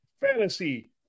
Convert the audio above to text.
Fantasy